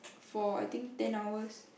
for I think ten hours